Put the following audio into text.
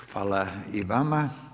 Hvala i vama.